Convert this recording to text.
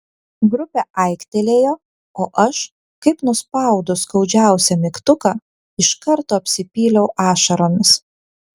grupė aiktelėjo o aš kaip nuspaudus skaudžiausią mygtuką iš karto apsipyliau ašaromis